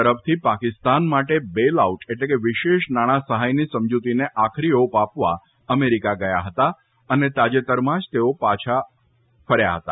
તરફથી પાકિસ્તાન માટે bail out એટલે કે વિશેષ નાણા સહાયની સમજૂતીને આખરી ઓપ આપવા અમેરીકા ગયા હતા અને તાજેતરમાં જ તેઓ પાછા ફર્યા હતા